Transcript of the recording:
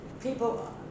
people